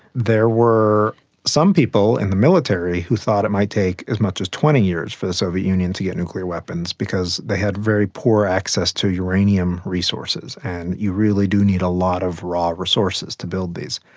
there were some people in the military who thought it might take as much as twenty years for the soviet union to get nuclear weapons because they had very poor access to uranium resources, and you really do need a lot of raw resources to build these.